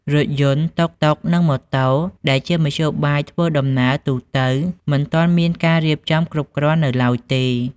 រថយន្ត តុកតុក និងម៉ូតូ ដែលជាមធ្យោបាយធ្វើដំណើរទូទៅមិនទាន់មានការរៀបចំគ្រប់គ្រាន់នៅឡើយទេ។